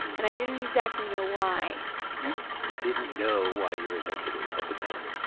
and i didn't exactly know why you you didn't know why you resented it at the time